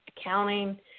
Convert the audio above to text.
accounting